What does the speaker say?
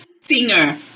Singer